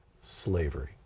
slavery